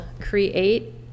create